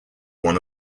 one